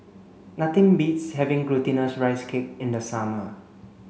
nothing beats having glutinous rice cake in the summer